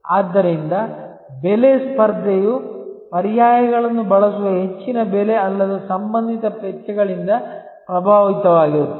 ಆದ್ದರಿಂದ ಬೆಲೆ ಸ್ಪರ್ಧೆಯು ಪರ್ಯಾಯಗಳನ್ನು ಬಳಸುವ ಹೆಚ್ಚಿನ ಬೆಲೆ ಅಲ್ಲದ ಸಂಬಂಧಿತ ವೆಚ್ಚಗಳಿಂದ ಪ್ರಭಾವಿತವಾಗಿರುತ್ತದೆ